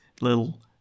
little